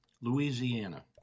Louisiana